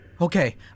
Okay